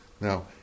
Now